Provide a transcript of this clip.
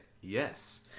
yes